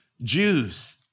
Jews